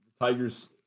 Tigers